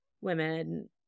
women